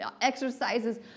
exercises